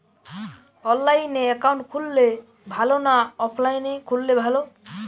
অনলাইনে একাউন্ট খুললে ভালো না অফলাইনে খুললে ভালো?